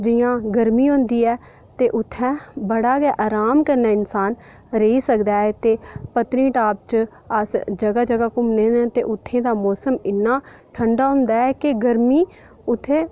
जियां गर्मी होंदी ऐ ते उत्थें बड़ा आराम कन्नै इंसान रेही सकदा ऐ ते पत्नीटॉप च अस जगहा जगहा घुम्मे दे आं ते उत्थूं दा मौसम इन्ना ठंडा होंदा ऐ कि गर्मी उत्थै